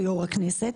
ליו"ר הכנסת,